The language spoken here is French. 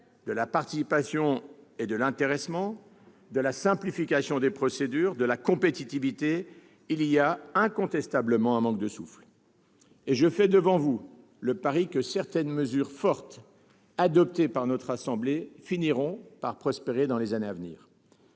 de la participation et de l'intéressement, de la simplification des procédures, de la compétitivité, ce projet de loi manque incontestablement de souffle. Et je fais devant vous le pari que certaines mesures fortes adoptées par le Sénat finiront par prospérer dans les années à venir.